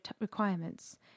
requirements